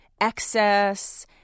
excess